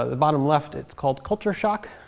ah the bottom left, it's called culture shock,